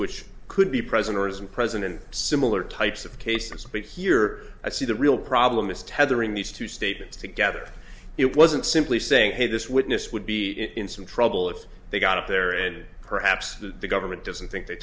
which could be present or isn't present in similar types of cases but here i see the real problem is tethering these two statements together it wasn't simply saying hey this witness would be in some trouble if they got up there and perhaps the government doesn't think they